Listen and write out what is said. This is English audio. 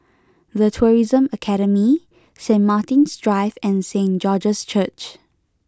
The Tourism Academy Saint Martin's Drive and Saint George's Church